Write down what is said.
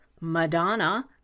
Madonna